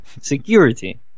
security